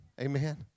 Amen